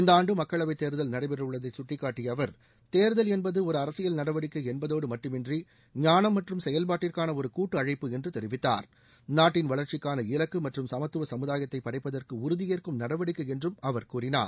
இந்த ஆண்டு மக்களவைத் தேர்தல் நடைபெறவுள்ளதை சுட்டிக்காட்டிய அவர் தேர்தல் என்பது ஒரு அரசியல் நடவடிக்கை என்பதோடு மட்டுமின்றி ஞானம் மற்றும் செயல்பாட்டிற்கான ஒரு கூட்டு அழைப்பு என்றும் தெரிவித்தார் நாட்டின் வளர்ச்சிக்கான இலக்கு மற்றம் சமத்துவ சமுதாயத்தை படைப்பதற்கு உறுதியேற்கும் நடவடிக்கை என்றும் அவர் கூறினார்